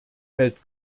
welt